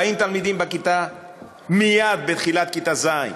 40 תלמידים בכיתה מייד בתחילת כיתה ז'